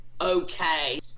okay